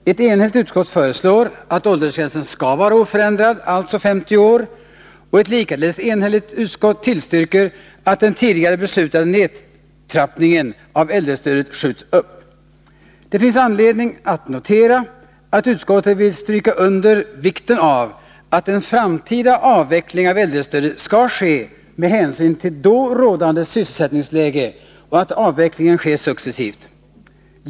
Ett enhälligt utskott föreslår att åldersgränsen skall vara oförändrad, alltså 50 år, och ett likaledes enhälligt utskott tillstyrker att den tidigare beslutade nedtrappningen av äldrestödet skjuts upp. Det finns anledning att notera, att utskottet vill stryka under vikten av att en framtida avveckling av äldrestödet skall ske med hänsyn till då rådande sysselsättningsläge och att avvecklingen sker successivt.